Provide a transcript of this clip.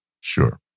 Sure